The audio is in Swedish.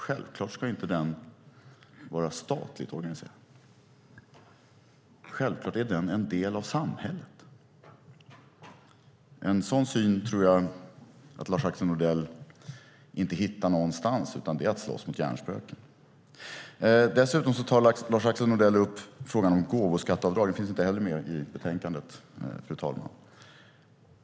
Självklart ska inte den vara statligt organiserad. Självklart är den en del av samhället. En sådan syn tror jag att Lars-Axel Nordell inte hittar någonstans. Detta är att slåss mot hjärnspöken. Dessutom tar Lars-Axel Nordell upp frågan om gåvoskatteavdrag, som inte heller finns med i betänkandet, fru talman.